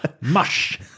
Mush